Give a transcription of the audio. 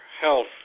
health